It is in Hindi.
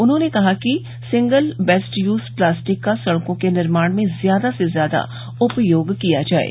उन्होंने कहा कि सिंगल बेस्ट यूज प्लास्टिक का सड़कों के निर्माण में ज्यादा से ज्यादा उपयोग किया जाये